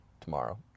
tomorrow